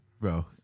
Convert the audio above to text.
bro